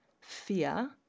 Fear